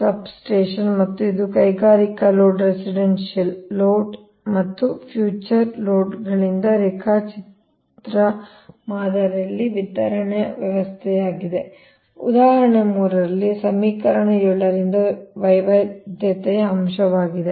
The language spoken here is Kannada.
ಸಬ್ಸ್ಟೇಷನ್ ಮತ್ತು ಇದು ಕೈಗಾರಿಕಾ ಲೋಡ್ ರೆಸಿಡೆನ್ಷಿಯಲ್ ಲೋಡ್ ಮತ್ತು ಫ್ಯೂಚರ್ ಲೋಡ್ಗಳಿಗಾಗಿ ರೇಖಾಚಿತ್ರ ಮಾದರಿ ವಿತರಣಾ ವ್ಯವಸ್ಥೆಯಾಗಿದೆ ಉದಾಹರಣೆಗೆ 3 ರಲ್ಲಿ ಸಮೀಕರಣ 7 ರಿಂದ ವೈವಿಧ್ಯತೆಯ ಅಂಶವಾಗಿದೆ